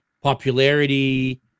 popularity